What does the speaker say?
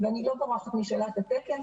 ואני לא בורחת משאלת התקן.